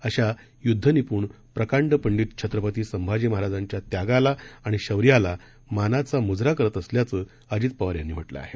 अशायुद्धनिप्ण प्रकांडपंडितछत्रपतीसंभाजीमहाराजांच्यात्यागालाआणिशौर्यालामानाचामुजराकरतअसल्याचंअजितपवारयांनीम्हटलंआहे